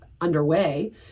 underway